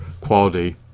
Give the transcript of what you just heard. quality